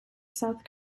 south